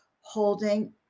holding